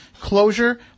closure